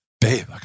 babe